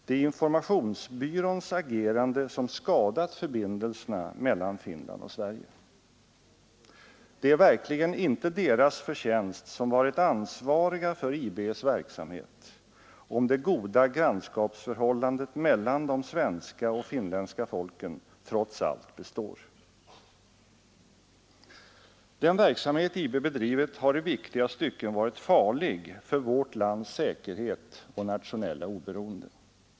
Det är informationsbyråns agerande som skadat förbindelserna mellan Finland och Sverige. Det är verkligen inte deras förtjänst, som varit ansvariga för IB:s verksamhet, om det goda grannskapsförhållandet mellan de svenska och finländska folken trots allt består. Den verksamhet IB bedrivit har i viktiga stycken varit farlig för vårt lands säkerhet och nationella oberoende.